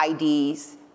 IDs